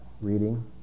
reading